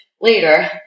later